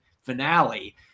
finale